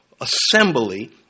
assembly